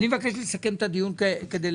אני מבקש לסכם את הדיון כדלהלן.